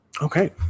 Okay